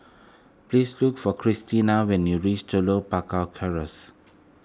please look for Christiana when you reach Telok Paka